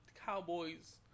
Cowboys